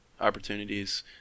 opportunities